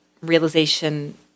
realization